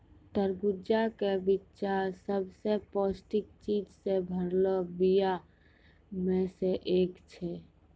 तरबूजा के बिच्चा सभ से पौष्टिक चीजो से भरलो बीया मे से एक छै